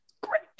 great